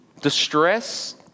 distress